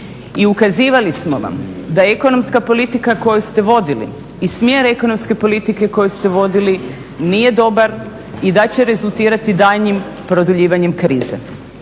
i ukazivali smo vam da je ekonomska politika koju ste vodili i smjer ekonomske politike koju ste vodili nije dobar i da će rezultirati daljnjim produljivanjem krize.